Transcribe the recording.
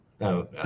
No